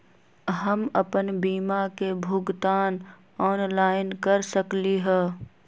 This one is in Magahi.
हम अपन बीमा के भुगतान ऑनलाइन कर सकली ह?